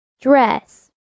dress